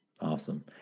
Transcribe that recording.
Awesome